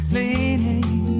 leaning